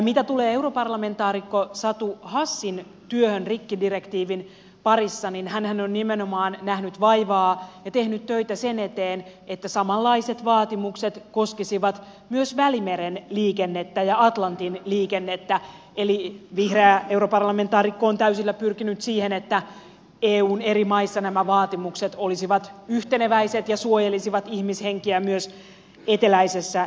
mitä tulee europarlamentaarikko satu hassin työhön rikkidirektiivin parissa niin hänhän on nimenomaan nähnyt vaivaa ja tehnyt töitä sen eteen että samanlaiset vaatimukset koskisivat myös välimeren liikennettä ja atlantin liikennettä eli vihreä europarlamentaarikko on täysillä pyrkinyt siihen että eun eri maissa nämä vaatimukset olisivat yhteneväiset ja suojelisivat ihmishenkiä myös eteläisessä euroopassa